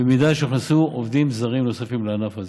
במידה שיוכנסו עובדים זרים נוספים לענף הזה.